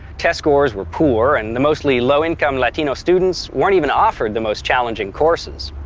test scores were poor and the mostly low-income latino students weren't even offered the most challenging courses.